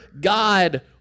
God